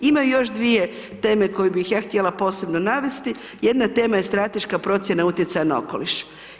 Ima još dvije teme koje bih ja htjela posebno navesti, jedna tema je strateška procjena utjecaja na okoliš.